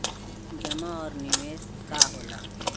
जमा और निवेश का होला?